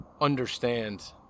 understand